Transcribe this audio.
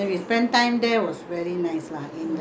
come here also she every time want to eat the tandoori